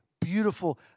beautiful